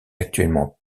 actuellement